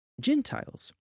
Gentiles